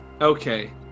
Okay